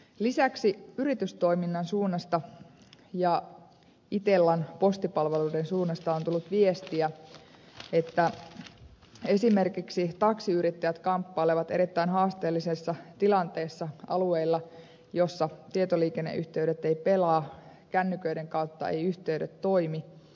lisäksi yritystoiminnan suunnasta ja itellan postipalveluiden suunnasta on tullut viestiä että esimerkiksi taksiyrittäjät kamppailevat erittäin haasteellisessa tilanteessa alueilla joilla tietoliikenneyhteydet eivät pelaa kännyköiden kautta eivät yhteydet toimi